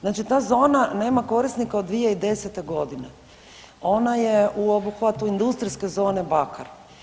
Znači ta zona nema korisnika od 2010.g., ona je u obuhvatu industrijske zone Bakar.